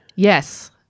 Yes